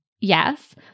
yes